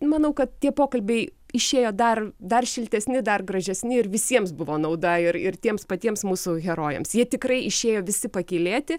manau kad tie pokalbiai išėjo dar dar šiltesni dar gražesni ir visiems buvo nauda ir ir tiems patiems mūsų herojams jie tikrai išėjo visi pakylėti